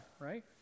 right